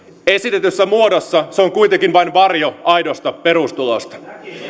esitetyssä muodossa se on kuitenkin vain varjo aidosta perustulosta